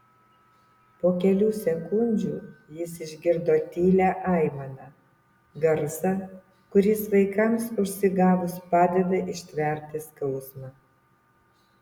po kelių sekundžių jis išgirdo tylią aimaną garsą kuris vaikams užsigavus padeda ištverti skausmą